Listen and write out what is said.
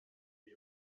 wir